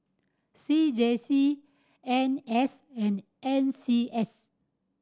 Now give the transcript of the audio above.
C J C N S and N C S